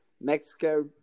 Mexico